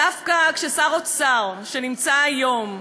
דווקא שר האוצר היום,